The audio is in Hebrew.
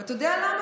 ואתה יודע למה?